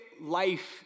life